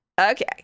Okay